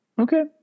Okay